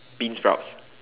beansprouts